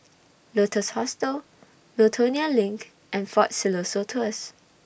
Lotus Hostel Miltonia LINK and Fort Siloso Tours